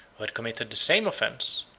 who had committed the same offence,